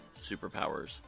superpowers